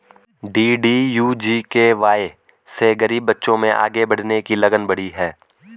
DDU GKY से गरीब बच्चों में आगे बढ़ने की लगन बढ़ी है